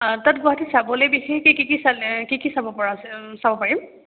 অঁ তাত গুৱাহাটী চাবলে বিশেষকে কি কি চালে কি কি চাব পৰা চাব পাৰিম